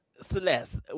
Celeste